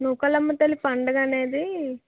నూకాలమ్మ తల్లి పండుగ అనేది